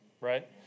right